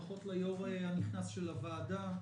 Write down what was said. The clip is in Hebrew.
ברכות ליושב-ראש הנכנס של הוועדה,